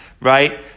right